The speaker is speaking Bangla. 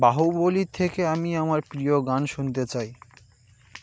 বাহুবলী থেকে আমি আমার প্রিয় গান শুনতে চাই